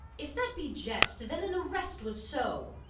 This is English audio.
if that be jest, then an the rest was so.